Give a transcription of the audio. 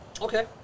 Okay